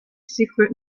secret